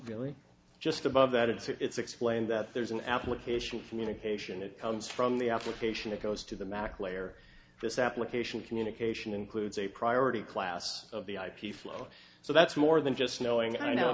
really just above that it's explained that there's an application for medication it comes from the application it goes to the mac layer this application communication includes a priority class of the ip flow so that's more than just knowing i don't know